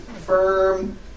firm